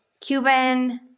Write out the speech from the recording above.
Cuban